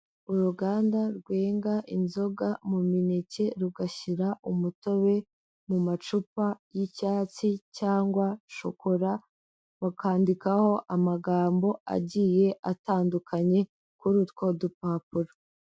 Uruganda rwenga inzoga mu mineke rugashyira umutobe mu macupa y'icyatsi cyangwa shokora, bakandikaho amagambo agiye atandukanye kuri utwo dupapuro.